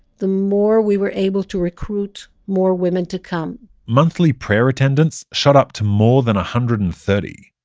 the more we were able to recruit more women to come monthly prayer attendance shot up to more than a hundred and thirty.